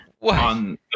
on